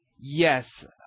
Yes